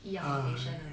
一样 location right